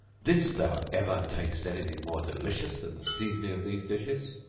didst thou ever taste anything more delicious than the seasoning of these dishes?